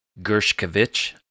Gershkovich